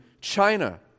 China